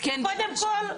קודם כל,